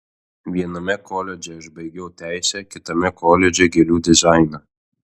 viename koledže aš baigiau teisę kitame koledže gėlių dizainą